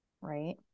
Right